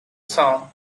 song